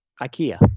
Ikea